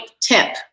tip